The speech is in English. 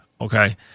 okay